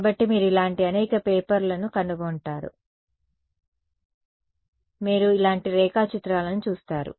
కాబట్టి మీరు ఇలాంటి అనేక పేపర్లను కనుగొంటారు మీరు ఇలాంటి రేఖాచిత్రాలను చూస్తారు